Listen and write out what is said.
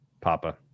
Papa